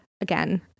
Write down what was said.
again